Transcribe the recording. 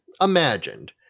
imagined